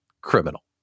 Criminal